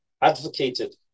advocated